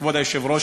כבוד היושב-ראש,